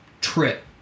trip